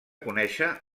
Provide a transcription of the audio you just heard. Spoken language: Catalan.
conèixer